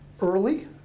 early